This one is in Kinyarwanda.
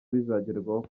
bizagerwaho